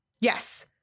Yes